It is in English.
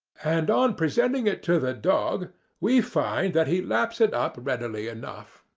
and on presenting it to the dog we find that he laps it up readily enough.